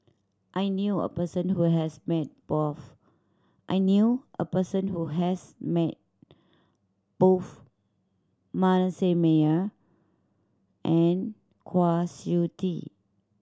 I knew a person who has met both I knew a person who has met both Manasseh Meyer and Kwa Siew Tee